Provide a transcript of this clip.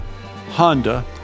Honda